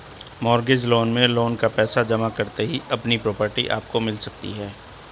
mortgage loan में loan का पैसा जमा करते ही अपनी प्रॉपर्टी आपको मिल सकती है